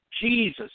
Jesus